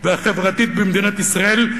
והחברתית במדינת ישראל,